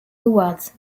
awards